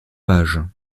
pages